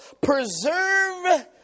preserve